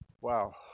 Wow